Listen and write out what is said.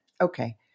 Okay